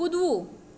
કૂદવું